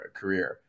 career